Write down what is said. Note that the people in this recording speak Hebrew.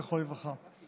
זכרו לברכה,